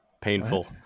painful